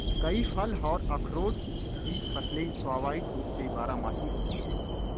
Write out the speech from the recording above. कई फल और अखरोट की फसलें स्वाभाविक रूप से बारहमासी होती हैं